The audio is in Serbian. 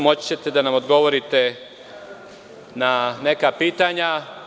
Moći ćete da nam odgovorite na neka pitanja.